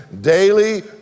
daily